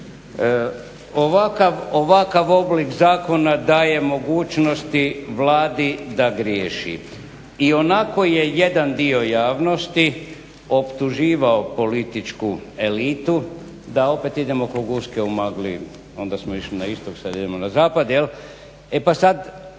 Ovakav oblik zakona daje mogućnosti Vladi da griješi. Ionako je jedan dio javnosti optuživao političku elitu da opet idemo ko guske u magli, onda smo išli na istok, sad idemo na zapad.